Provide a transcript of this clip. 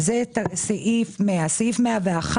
זה היה סעיף 100. סעיף 101